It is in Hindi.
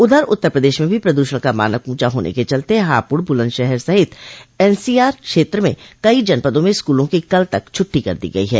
उधर उत्तर प्रदेश में भी प्रदूषण का मानक ऊँचा होने के चलते हापुड़ बुलन्दशहर सहित एनसीआर क्षेत्र में कई जनपदों में स्कूलों की कल तक छुट्टी कर दी गई है